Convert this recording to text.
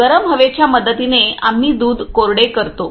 गरम हवेच्या मदतीने आम्ही दूध कोरडे करतो